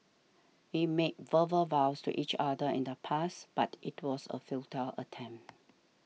we made verbal vows to each other in the past but it was a futile attempt